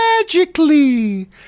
magically